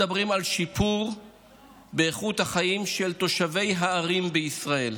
אנחנו מדברים על שיפור באיכות החיים של תושבי הערים בישראל.